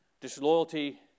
Disloyalty